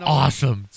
awesome